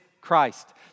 Christ